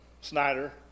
Snyder